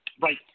Right